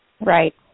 Right